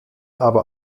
aber